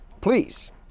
Please